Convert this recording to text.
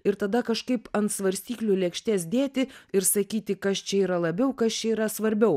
ir tada kažkaip ant svarstyklių lėkštės dėti ir sakyti kas čia yra labiau kad čia yra svarbiau